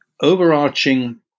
overarching